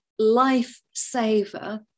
lifesaver